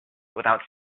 without